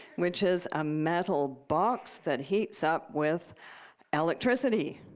which is a metal box that heats up with electricity.